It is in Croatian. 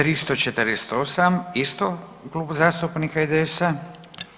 348. isto Klub zastupnika IDS-a.